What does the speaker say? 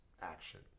action